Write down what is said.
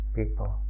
people